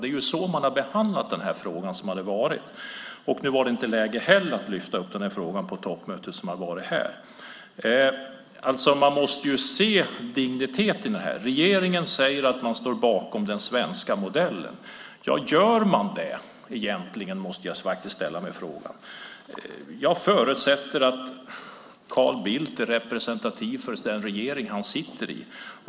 Det är så man har behandlat denna fråga. Nu var det inte heller läge att lyfta fram denna fråga på toppmötet. Man måste se digniteten i detta sammanhang. Regeringen säger att man står bakom den svenska modellen. Gör man det egentligen? Jag förutsätter att Carl Bildt är representativ för den regering som han sitter i.